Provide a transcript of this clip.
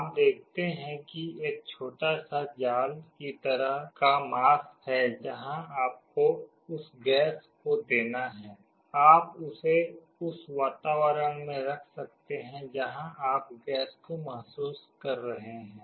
आप देखते हैं कि एक छोटा सा जाल की तरह का मास्क है जहाँ आपको उस गैस को देना है आप इसे उस वातावरण में रख सकते हैं जहाँ आप गैस को महसूस कर रहे हैं